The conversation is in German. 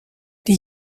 die